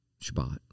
Shabbat